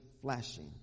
flashing